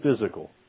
physical